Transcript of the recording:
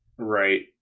Right